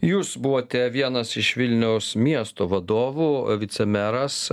jūs buvote vienas iš vilniaus miesto vadovų vicemeras